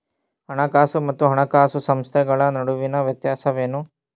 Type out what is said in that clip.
ಹಣಕಾಸು ಮತ್ತು ಹಣಕಾಸು ಸಂಸ್ಥೆಗಳ ನಡುವಿನ ವ್ಯತ್ಯಾಸವೇನು?